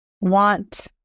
want